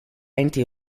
enti